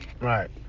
Right